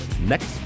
next